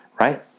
Right